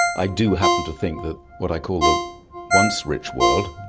i do happen to think that what i call the once rich world,